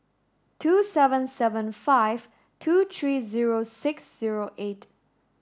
two seven seven five two three zero six zero eight